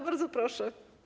Bardzo proszę.